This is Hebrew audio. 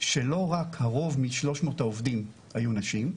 שלא רק הרוב מ- 300 העובדים היו נשים,